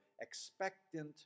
expectant